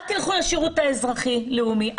אל תלכו לשירות האזרחי לאומי.